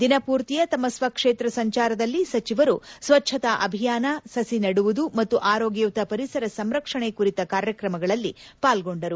ದಿನಪೂರ್ತಿಯ ತಮ್ಮ ಸ್ವಕ್ಷೇತ್ರ ಸಂಚಾರದಲ್ಲಿ ಸಚಿವರು ಸ್ವಚ್ಣತಾ ಅಭಿಯಾನ ಸಸಿ ನೆಡುವುದು ಮತ್ತು ಆರೋಗ್ಯಯುತ ಪರಿಸರ ಸಂರಕ್ಷಣೆ ಕುರಿತ ಕಾರ್ಯಕ್ರಮಗಳಲ್ಲಿ ಪಾಲ್ಗೊಂಡರು